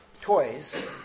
toys